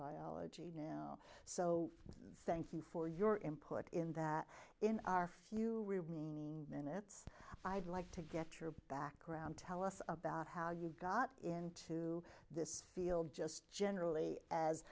biology so thank you for your input in that in our few minutes i'd like to get your background tell us about how you got into this field just generally as